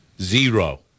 Zero